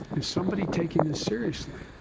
somebody taking this seriously.